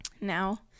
now